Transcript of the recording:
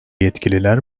yetkililer